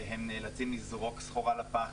והם נאלצים לזרוק סחורה לפח.